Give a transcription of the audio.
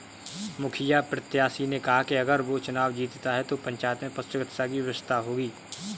मुखिया प्रत्याशी ने कहा कि अगर वो चुनाव जीतता है तो पंचायत में पशु चिकित्सा की व्यवस्था होगी